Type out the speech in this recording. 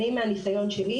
מניסיוני,